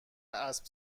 اسب